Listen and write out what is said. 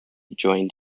joined